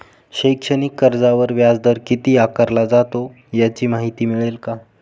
शैक्षणिक कर्जावर व्याजदर किती आकारला जातो? याची माहिती मिळेल का?